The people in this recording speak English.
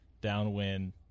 downwind